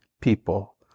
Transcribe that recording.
people